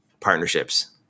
partnerships